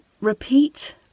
repeat